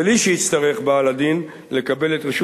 בלי שיצטרך בעל-הדין לקבל את רשות